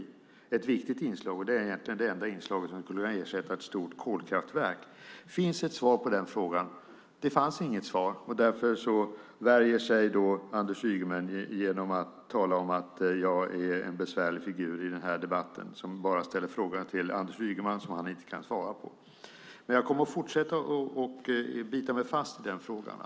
Det är egentligen det enda som skulle kunna ersätta ett stort kolkraftverk. Ett svar på den frågan är att det inte finns något svar. Därför värjer sig Anders Ygeman genom att tala om att jag är en besvärlig figur i debatten som bara ställer frågor till Anders Ygeman som han inte kan svara på. Jag kommer att bita mig fast vid frågan.